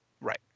right